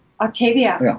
Octavia